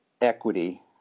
equity